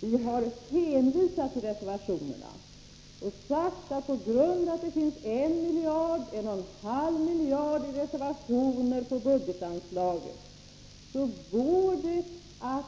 Vi har hänvisat till reservationerna och sagt att det, på grund av att det finns 1 eller 1,5 miljarder i reservationer på budgetanslaget, går att